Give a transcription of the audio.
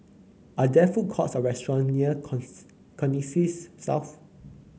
are there food courts or restaurants near Connexis South